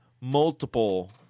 multiple